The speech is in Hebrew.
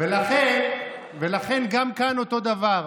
ולכן גם כאן אותו דבר,